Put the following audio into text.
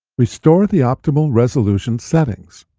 restore the optimal resolution settings.